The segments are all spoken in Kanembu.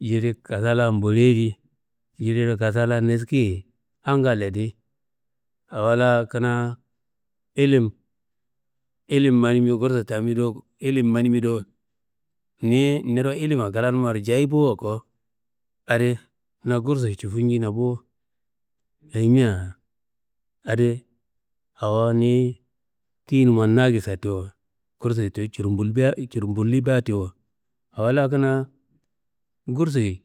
Jili kasa la mboliyedi, jiliro kasa la naskiye, angalyedi awola kanaaa ilim ilim manimi gursu tamidowo ilim manimidowo, niro ilimma klanumaro jei bo ko adi na gursuyi cifu njina bo. Ayimia adi awo niyi, tiyinuman nakissa tiwo gursuyi tuwi cirmbuli ba tiwo. Awo la kanaa gursuyi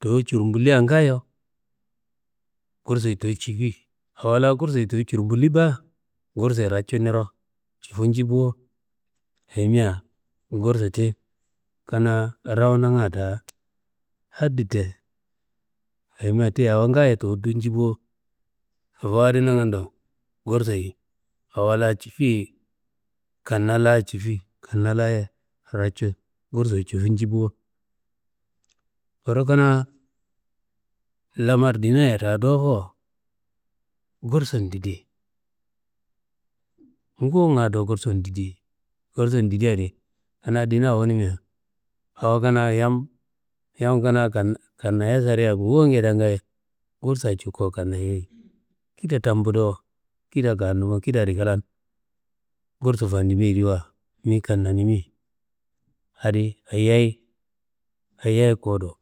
tuwi cirmbulia ngaayo gursuyi tuwi cifi, awola gursuyi tuwi cirmbuli ba, gursuyi racu niro cifu nji bo. Ayimia gursu ti kanaa rawonanga daa hatu te, ayimia ti awo ngaayo tuwu do nji bo. Sobowo adi nangando, gursuyi awola cifiye kanna laa cifi, kanaa laye racu gursuyi cifi nji bo. Kuru kanaa lamar dinaya daa dowofo gursun tidi nguwunga ngaayo gursun tidi, gursun tidia adi kanaa dina wunume awo kanaa yam, kanaa kannayo soriya gufunguedea ngaayo gursayi cuko kannayei, kida tambudowo kida fandumo, kida adi klan gursu fandimiyediwa niyi kannimi adi ayiyayi kuwudo.